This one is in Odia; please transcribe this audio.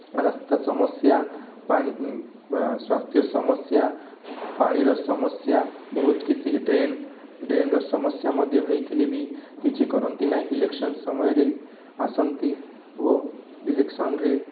ରାସ୍ତା ସମସ୍ୟା ସ୍ୱାସ୍ଥ୍ୟ ସମସ୍ୟା ପାଣିର ସମସ୍ୟା ବହୁତ କିଛି ଡ୍ରେନ୍ ଡ୍ରେନ୍ର ସମସ୍ୟା ମଧ୍ୟ ହୋଇଥିଲେ ବି କିଛି କରନ୍ତି ନାହିଁ ଇଲେକ୍ସନ୍ ସମୟରେ ଆସନ୍ତି ଓ ଇଲେକ୍ସନ୍ରେ